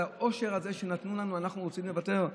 על העושר הזה שנתנו לנו אנחנו רוצים לוותר?